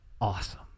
awesome